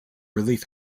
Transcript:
relief